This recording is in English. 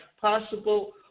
possible